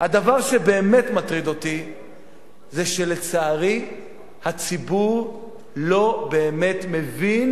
הדבר שבאמת מטריד אותי זה שלצערי הציבור לא באמת מבין